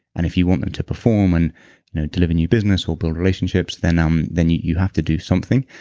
and if you want them to perform and you know deliver new business or build relationships, then um then you you have to do something.